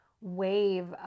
wave